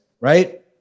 right